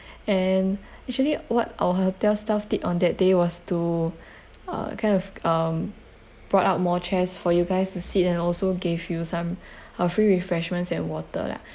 and actually what our hotel staff did on that day was to uh kind of um brought out more chairs for you guys to sit and also gave you some uh free refreshments and water lah